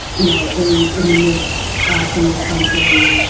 you know, in in the mid twentieth century,